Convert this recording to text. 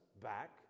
back